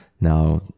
now